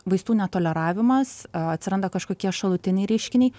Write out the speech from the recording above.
vaistų netoleravimas atsiranda kažkokie šalutiniai reiškiniai